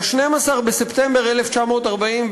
ב-12 בספטמבר 1942,